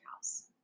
house